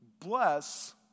bless